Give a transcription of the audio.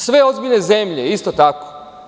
Sve ozbiljne zemlje isto tako.